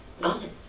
Gone